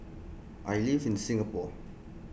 I live in Singapore